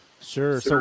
Sure